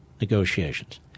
negotiations